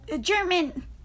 German